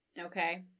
Okay